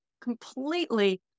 completely